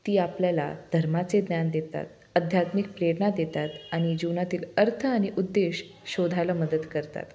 ती आपल्याला धर्माचे ज्ञान देतात अध्यात्मिक प्रेरणा देतात आनि जीवनातील अर्थ आणि उद्देश शोधायला मदत करतात